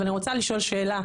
אבל אני רוצה לשאול שאלה,